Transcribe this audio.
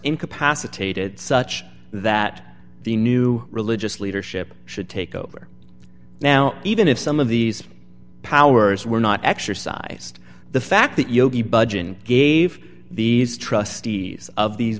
incapacitated such that the new religious leadership should take over now even if some of these powers were not exercised the fact that yogi budge and gave these trustees of these